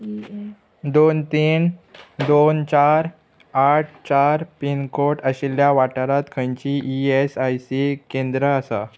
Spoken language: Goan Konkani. दोन तीन दोन चार आठ चार पिनकोड आशिल्ल्या वाठारांत खंयचीं ई एस आय सी केंद्रां आसा